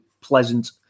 pleasant